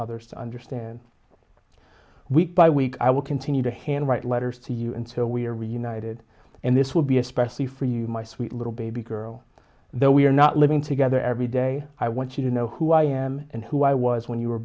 others to understand week by week i will continue to hand write letters to you until we are reunited and this will be especially for you my sweet little baby girl though we are not living together every day i want you to know who i am and who i was when you were